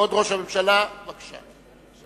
כבוד ראש הממשלה, בבקשה.